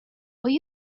will